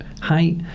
Hi